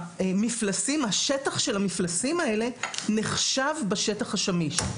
השטח של המפלסים האלה נחשב בשטח השמיש.